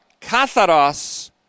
katharos